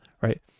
right